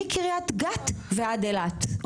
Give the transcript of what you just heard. מקריית גת ועד אילת.